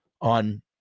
on